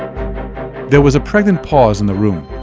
there was a pregnant pause in the room.